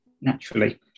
naturally